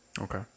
Okay